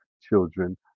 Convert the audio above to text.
children